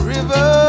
River